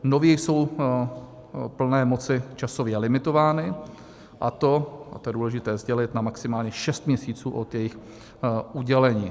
Nově jsou plné moci časově limitovány, a to a to je důležité sdělit na maximálně šest měsíců od jejich udělení.